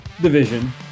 division